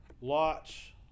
Lot's